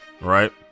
Right